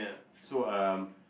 so um